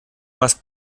más